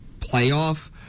playoff